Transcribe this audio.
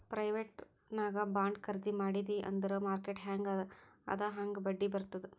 private ನಾಗ್ bond ಖರ್ದಿ ಮಾಡಿದಿ ಅಂದುರ್ ಮಾರ್ಕೆಟ್ ಹ್ಯಾಂಗ್ ಅದಾ ಹಾಂಗ್ ಬಡ್ಡಿ ಬರ್ತುದ್